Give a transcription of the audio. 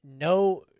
no